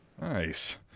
Nice